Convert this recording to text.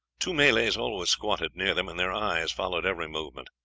two malays always squatted near them, and their eyes followed every movement.